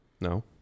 No